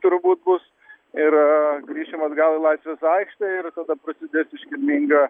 turbūt bus ir grįšim atgal į latvijos aikštę ir tada prasidės iškilminga